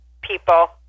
people